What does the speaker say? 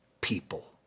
people